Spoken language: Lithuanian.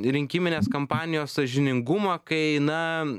rinkiminės kampanijos sąžiningumą kai na